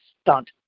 stunt